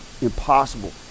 impossible